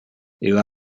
illa